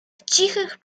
cichych